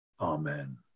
Amen